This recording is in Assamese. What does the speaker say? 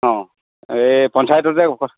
অ' এই পঞ্চায়ততে